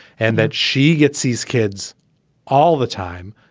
and that she gets these kids all the time,